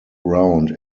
round